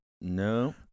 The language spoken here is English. no